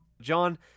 John